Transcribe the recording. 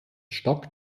stock